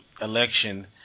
election